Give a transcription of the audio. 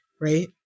right